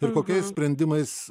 ir kokiais sprendimais